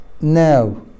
Now